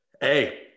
Hey